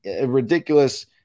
ridiculous